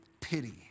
pity